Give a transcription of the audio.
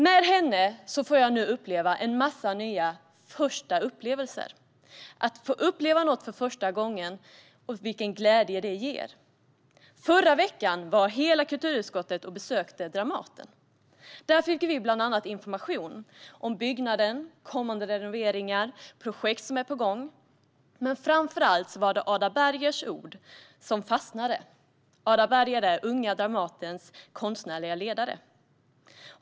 Med henne får jag nu uppleva en mängd nya första upplevelser, det vill säga den glädje det ger att få uppleva något för första gången. Förra veckan besökte hela kulturutskottet Dramaten. Där fick vi bland annat information om byggnaden, kommande renoveringar och projekt som är på gång. Men framför allt fastnade Ada Bergers ord. Ada Berger är Unga Dramatens konstnärliga ledare.